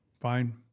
Fine